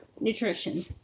nutrition